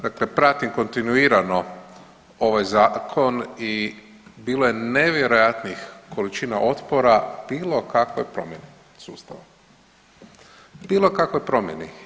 Dakle, pratim kontinuirano ovaj zakon i bilo je nevjerojatnih količina otpora bilo kakvoj promjeni sustava, bilo kakvoj promjeni.